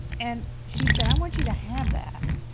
and she said i want you to have that.